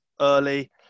early